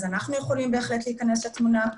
אנחנו יכולים להיכנס לתמונה.